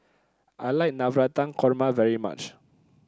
I like Navratan Korma very much